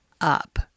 up